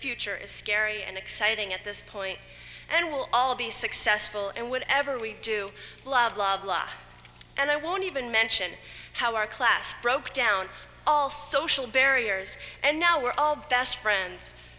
future is scary and exciting at this point and we'll all be successful and whatever we do blah blah blah and i won't even mention how our class broke down all social barriers and now we're all best friends